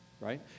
Right